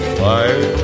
fire